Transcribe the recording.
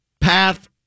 path